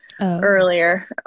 earlier